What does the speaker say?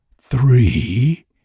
three